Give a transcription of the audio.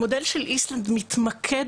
המודל של איסלנד מתמקד